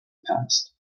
past